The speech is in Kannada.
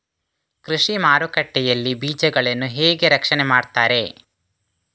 ಕೃಷಿ ಮಾರುಕಟ್ಟೆ ಯಲ್ಲಿ ಬೀಜಗಳನ್ನು ಹೇಗೆ ರಕ್ಷಣೆ ಮಾಡ್ತಾರೆ?